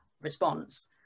response